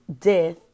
death